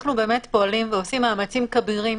אנחנו עושים מאמצים כבירים